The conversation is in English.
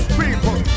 people